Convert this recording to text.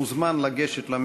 חבר הכנסת משה מזרחי,